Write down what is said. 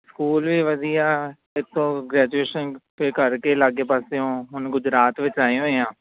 school ਵੀ ਵਧੀਆ ਇੱਥੋਂ ਗ੍ਰੈਜੂਏਸ਼ਨ ਤਾਂ ਕਰਕੇ ਲਾਗੇ ਪਾਸਿਓ ਹੁਣ ਗੁਜਰਾਤ ਵਿੱਚ ਆਏ ਹੋਏ ਹਾਂ